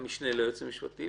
המשנה ליועץ המשפטי,